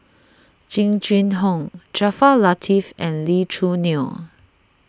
Jing Jun Hong Jaafar Latiff and Lee Choo Neo